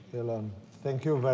elon. thank you